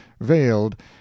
veiled